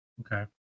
Okay